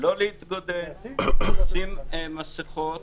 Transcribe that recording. לא להתגודד, לשים מסכות